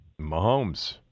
Mahomes